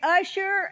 usher